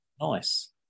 Nice